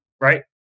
right